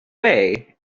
way